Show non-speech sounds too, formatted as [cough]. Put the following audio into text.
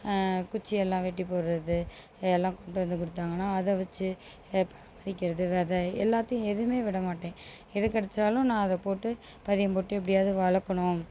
குச்சி எல்லாம் வெட்டி போடுறது எல்லாம் கொண்டு வந்து கொடுத்தாங்கன்னா அதை வச்சு [unintelligible] பராமரிக்கிறது விதை எல்லாத்தையும் எதுவுமே விடமாட்டேன் எது கிடைச்சாலும் நான் அதை போட்டு பதியம் போட்டு எப்படியாவது வளர்க்கணும்